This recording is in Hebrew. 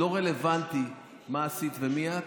לא רלוונטי מה עשית ומי את,